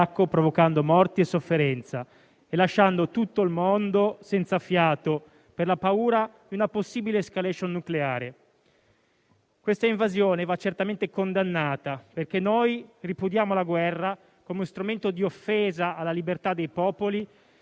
provocando morti e sofferenza e lasciando tutto il mondo senza fiato per la paura di una possibile *escalation* nucleare. Questa invasione va certamente condannata perché noi ripudiamo la guerra come strumento di offesa alla libertà dei popoli